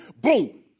boom